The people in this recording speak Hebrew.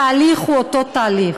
התהליך הוא אותו תהליך: